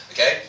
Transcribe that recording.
Okay